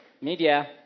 Media